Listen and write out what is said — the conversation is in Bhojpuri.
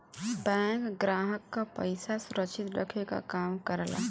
बैंक ग्राहक क पइसा सुरक्षित रखे क काम करला